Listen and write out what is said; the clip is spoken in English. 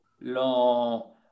lo